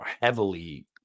heavily